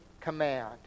command